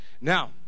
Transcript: now